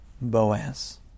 Boaz